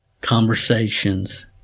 conversations